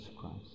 Christ